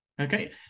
Okay